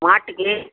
மாட்டுக்கு